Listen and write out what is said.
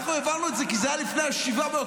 אנחנו העברנו את זה כי זה היה לפני 7 באוקטובר.